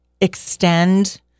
extend